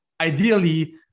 ideally